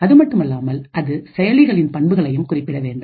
அதுமட்டுமல்லாமல் அது செயலிகளின் பண்புகளையும் குறிப்பிட வேண்டும்